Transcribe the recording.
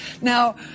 now